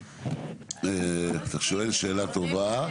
אתה שואל שאלה טובה.